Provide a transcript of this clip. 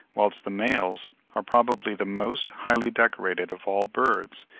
whilst the males are probably the most highly decorated of all birds,